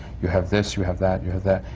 you have this, you have that, you have that.